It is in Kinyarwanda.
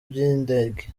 bw’indege